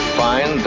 find